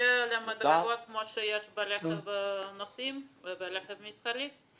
בנוגע למדרגות כמו שיש ברכב נוסעים וברכב מסחרי,